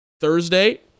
Thursday